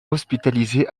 hospitalisé